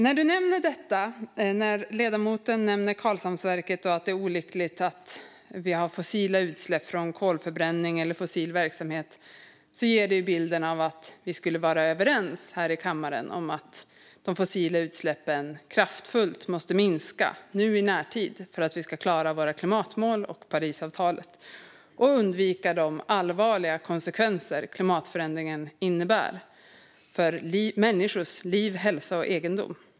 När ledamoten nämner Karlshamnsverket och att det är olyckligt att vi har fossila utsläpp från kolförbränning eller fossil verksamhet ger det en bild av att vi är överens här i kammaren om att de fossila utsläppen måste minska kraftigt nu i närtid för att vi ska klara att nå våra klimatmål och Parisavtalet och undvika de allvarliga konsekvenser som klimatförändringen innebär för människors liv, hälsa och egendom.